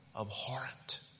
abhorrent